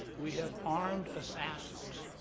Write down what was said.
we have armed assassins.